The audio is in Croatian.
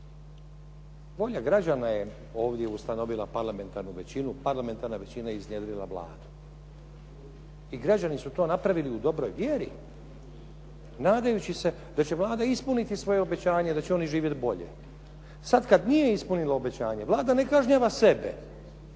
Volja građana je ovdje ustanovila parlamentarnu većinu, parlamentarna većina iznjedrila Vladu i građani su to napravili u dobroj vjeri nadajući se da će Vlada ispuniti svoje obećanje da će oni živjet bolje. Sad kad nije ispunila obećanje Vlada ne kažnjava sebe,